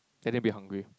then they'll be hungry